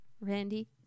Randy